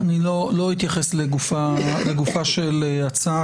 אני לא אתייחס לגופה של הצעה,